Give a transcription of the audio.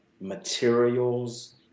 Materials